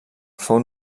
fou